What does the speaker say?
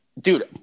Dude